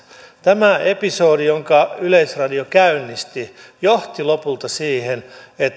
tämä episodi jonka yleisradio käynnisti johti lopulta siihen että